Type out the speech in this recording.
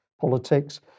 politics